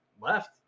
left